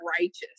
righteous